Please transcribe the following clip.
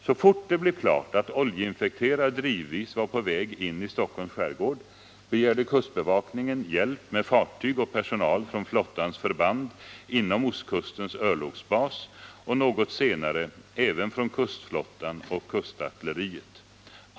Så fort det blev klart att oljeinfekterad drivis var på väg in i Stockholms skärgård begärde kustbevakningen hjälp med fartyg och personal från flottans förband inom Ostkustens örlogbas och något senare även från kustflottan och kustartilleriet.